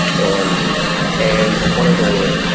and and one of the